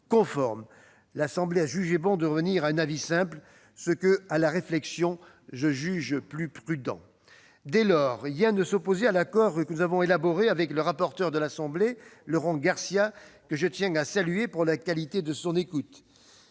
conforme. L'Assemblée nationale a jugé bon de revenir à un avis simple ; à la réflexion, cela me semble plus prudent. Dès lors, rien ne s'opposait à l'accord que nous avons élaboré avec le rapporteur de l'Assemblée nationale, Laurent Garcia, que je tiens à saluer pour la qualité de son écoute.